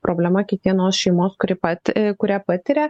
problema kiekvienos šeimos kuri pati kuri patiria